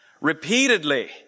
repeatedly